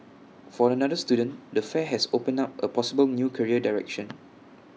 for another student the fair has open up A possible new career direction